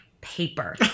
paper